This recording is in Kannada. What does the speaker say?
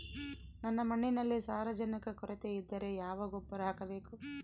ನನ್ನ ಮಣ್ಣಿನಲ್ಲಿ ಸಾರಜನಕದ ಕೊರತೆ ಇದ್ದರೆ ಯಾವ ಗೊಬ್ಬರ ಹಾಕಬೇಕು?